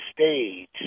stage